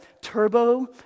Turbo